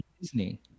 Disney